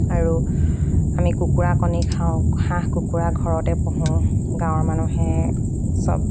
আৰু আমি কুকুৰা কণী খাওঁ হাঁহ কুকুৰা ঘৰতে পুহোঁ গাঁৱৰ মানুহে চব